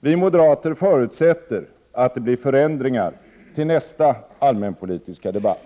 Vi moderater förutsätter att det blir förändringar till nästa allmänpolitiska debatt.